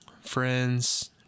friends